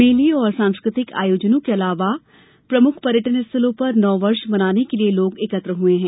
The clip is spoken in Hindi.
मेले और सांस्कृतिक आयोजनों के अलावा प्रमुख पर्यटन स्थलों पर नववर्ष मनने के लिए लोग एकत्र हुए हैं